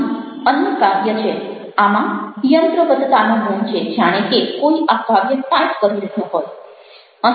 અહીં અન્ય કાવ્ય છે આમાં યંત્રવત્તતાનો ગુણ છે જાણે કે કોઈ આ કાવ્ય ટાઈપ કરી રહ્યું હોય